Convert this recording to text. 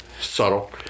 Subtle